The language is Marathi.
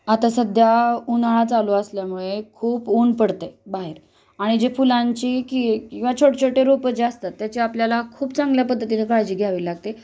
आता सध्या उन्हाळा चालू असल्यामुळे खूप ऊन पडते बाहेर आणि जे फुलांची की किंवा छोटे छोटे रोपं जे असतात त्याचे आपल्याला खूप चांगल्या पद्धतीने काळजी घ्यावी लागते